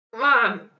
Mom